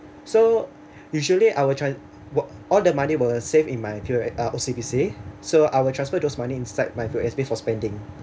so usually I'll trans~ all the money will save in my P_O_S~ uh O_C_B_C so I will transfer money inside my P_O_S_B for spending